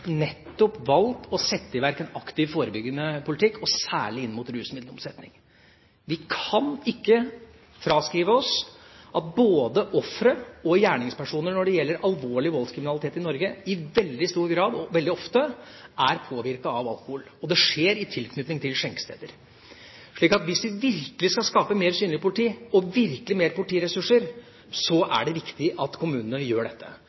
nettopp valgt å sette i verk en aktiv, forebyggende politikk, og særlig inn mot rusmiddelomsetningen. Vi kan ikke fraskrive oss at både ofre og gjerningspersoner når det gjelder alvorlig voldskriminalitet i Norge, i veldig stor grad og veldig ofte er påvirket av alkohol, og det skjer i tilknytning til skjenkesteder. Så hvis vi virkelig skal skape mer synlig politi og mer politiressurser, er det viktig at kommunene gjør dette.